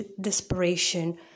desperation